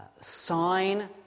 sign